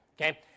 okay